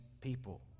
people